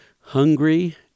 Hungry